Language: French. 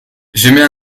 j’émets